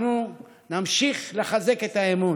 אנחנו נמשיך לחזק את האמון,